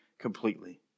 completely